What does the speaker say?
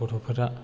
गथ'फोरा